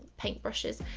paintbrushes.